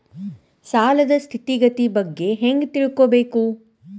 ಸಾಲದ್ ಸ್ಥಿತಿಗತಿ ಬಗ್ಗೆ ಹೆಂಗ್ ತಿಳ್ಕೊಬೇಕು?